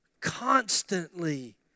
constantly